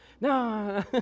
No